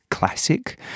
Classic